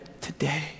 today